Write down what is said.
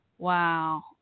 Wow